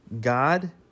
God